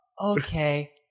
Okay